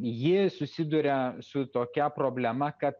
ji susiduria su tokia problema kad